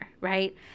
right